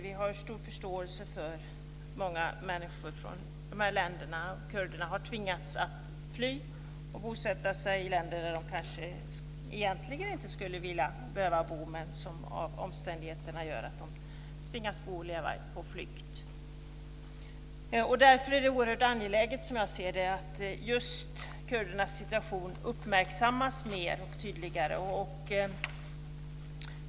Vi har stor förståelse för många människor från dessa länder. Kurderna har tvingats att fly och bosätta sig i länder där de kanske egentligen inte skulle vilja bo, men omständigheterna gör att de tvingas leva på flykt. Därför är det oerhört angeläget, som jag ser det, att just kurdernas situation uppmärksammas mer och tydligare.